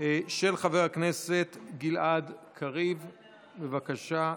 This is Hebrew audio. של חבר הכנסת גלעד קריב, בבקשה.